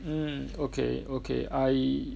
mm okay okay I